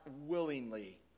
willingly